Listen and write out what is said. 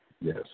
Yes